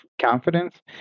confidence